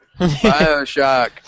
Bioshock